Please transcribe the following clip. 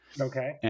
Okay